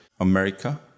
America